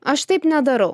aš taip nedarau